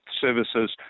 services